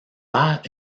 père